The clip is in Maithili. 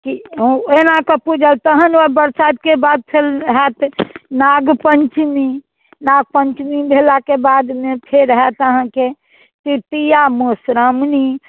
कि ओहिना कऽ पूजत तहन ओ बरसाइतके बाद फेर होयत नाग पञ्चमी नाग पञ्चमी भेलाके बादमे फेर होयत अहाँकेँ तृतीया मधुश्रामणी